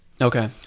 Okay